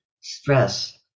stress